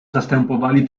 zastępowali